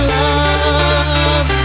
love